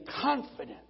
confident